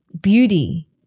beauty